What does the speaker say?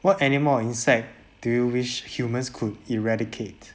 what animal or insects do you wish humans could eradicate